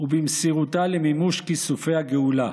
ובמסירותה למימוש כיסופי הגאולה.